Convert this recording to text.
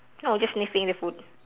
no just sniffing the food